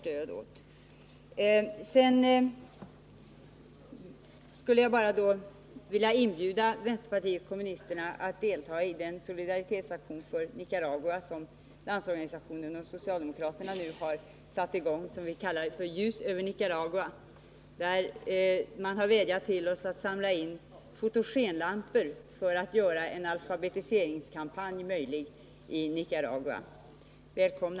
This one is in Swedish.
Slutligen vill jag bara inbjuda vänsterpartiet kommunisterna att delta i den solidaritetsaktion för Nicaragua som Landsorganisationen och socialdemokraterna har satt i gång och som vi kallar för Ljus över Nicaragua. Aktionen går bl.a. ut på att samla in fotogenlampor för att göra en alfabetiseringskampanj möjlig i Nicaragua. Välkomna!